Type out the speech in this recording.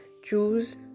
choose